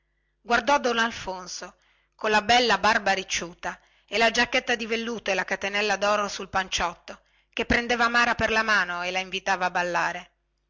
don alfonso colla bella barba ricciuta e la giacchetta di velluto e la catenella doro sul panciotto prese mara per la mano per ballare